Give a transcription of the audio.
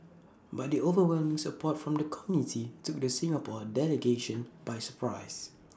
but the overwhelming support from the committee took the Singapore delegation by surprise